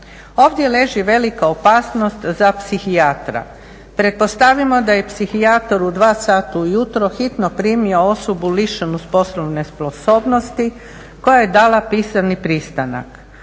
Ovdje leži velika opasnost za psihijatra. Pretpostavimo da je psihijatar u 2 sata ujutro hitno primio osobu lišenu poslovne sposobnosti koja je dala pisani pristanak.